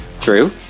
True